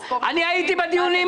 אני מתחייבת במכרז לסגור ולכן,